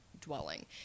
dwelling